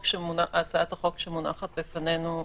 הצעת החוק שמונחת בפנינו כרגע.